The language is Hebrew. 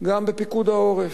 גם בפיקוד העורף,